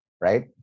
Right